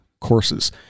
courses